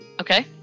Okay